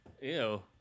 ew